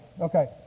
Okay